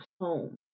home